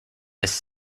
this